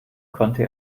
konnte